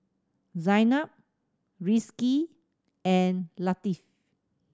Zaynab Rizqi and Latif